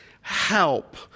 help